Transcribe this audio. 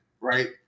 right